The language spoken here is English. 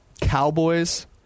Cowboys